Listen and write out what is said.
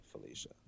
Felicia